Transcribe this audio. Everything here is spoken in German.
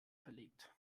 verlegt